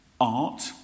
art